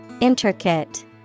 Intricate